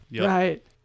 Right